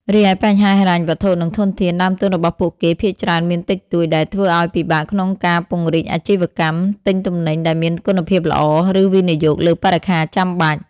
រីឯបញ្ហាហិរញ្ញវត្ថុ និងធនធាន ដើមទុនរបស់ពួកគេភាគច្រើនមានតិចតួច ដែលធ្វើឱ្យពិបាកក្នុងការពង្រីកអាជីវកម្ម ទិញទំនិញដែលមានគុណភាពល្អ ឬវិនិយោគលើបរិក្ខារចាំបាច់ ។